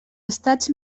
estats